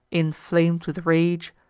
inflam'd with rage,